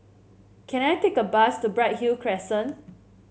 can I take a bus to Bright Hill Crescent